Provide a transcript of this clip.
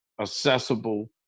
accessible